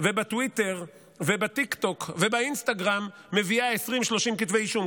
ובטוויטר ובטיקטוק ובאינסטגרם מביאה 30-20 כתבי אישום,